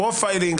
פרופילינג,